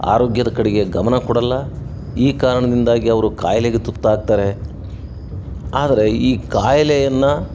ಆರೋಗ್ಯದ ಕಡೆಗೆ ಗಮನ ಕೊಡಲ್ಲ ಈ ಕಾರಣದಿಂದಾಗಿ ಅವರು ಕಾಯಿಲೆಗೆ ತುತ್ತಾಗ್ತಾರೆ ಆದರೆ ಈ ಕಾಯಿಲೆಯನ್ನು